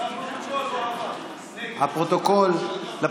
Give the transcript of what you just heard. לפרוטוקול, נגד.